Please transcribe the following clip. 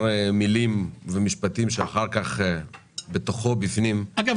משפטים שאחר כך בתוכו הוא --- אגב,